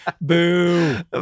Boom